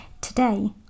Today